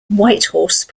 whitehorse